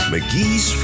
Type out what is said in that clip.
McGee's